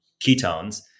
ketones